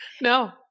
No